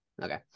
Okay